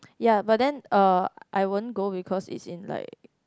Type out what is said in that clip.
ya but then uh I won't go because it's in like